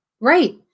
right